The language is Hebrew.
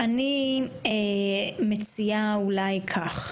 אני מציעה אולי כך,